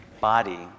body